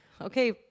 Okay